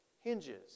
hinges